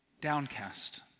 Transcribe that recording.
downcast